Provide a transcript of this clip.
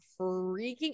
freaking